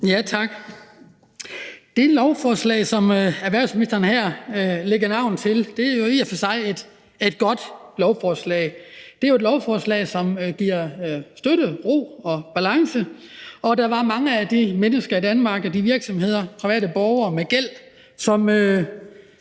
Tak. Det lovforslag, som erhvervsministeren her lægger navn til, er i og for sig et godt lovforslag. Det er et lovforslag, som giver støtte, ro og balance. Der var mange mennesker i Danmark, virksomheder og private borgere med gæld, som